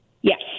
Yes